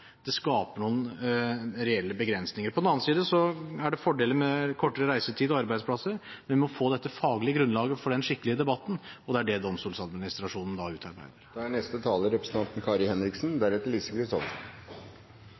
det skaper noen reelle begrensninger. På den annen side er det fordeler med kortere reisetid til arbeidsplassen, men vi må få dette faglige grunnlaget for den skikkelige debatten, og det er det Domstoladministrasjonen utarbeider. Justisministeren sa at 22. juli var en alvorlig sak. Ja, det er